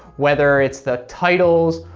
whether it's the titles,